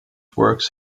works